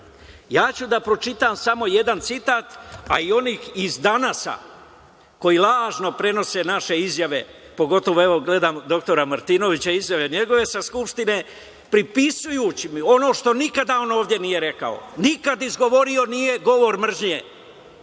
ja ću da pročitam samo jedan citat, a i onih iz „Danasa“, koji lažno prenose naše izjave, pogotovo evo gledam dr. Martinovića, izjave njegove sa Skupštine, pripisujući ono što nikada on ovde nije rekao, nikada nije izgovorio govor mržnje